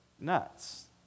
nuts